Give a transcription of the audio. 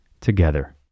together